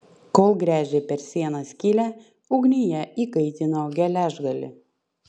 kol gręžė per sieną skylę ugnyje įkaitino geležgalį